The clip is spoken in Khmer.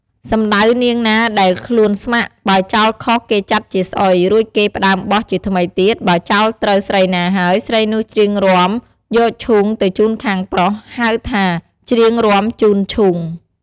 សំដៅនាងណាដែលខ្លួនស្ម័គ្រ បើចោលខុសគេចាត់ជាស្អុយ រួចគេផ្តើមបោះ ជាថ្មីទៀត បើចោលត្រូវស្រីណាហើយ ស្រីនោះច្រៀងរាំយកឈូងទៅជូនខាងប្រុស ហៅថាច្រៀងរាំជូនឈូង។